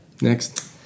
Next